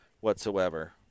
whatsoever